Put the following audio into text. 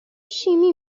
شیمی